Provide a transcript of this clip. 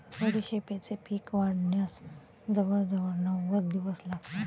बडीशेपेचे पीक वाढण्यास जवळजवळ नव्वद दिवस लागतात